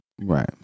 Right